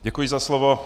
Děkuji za slovo.